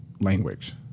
language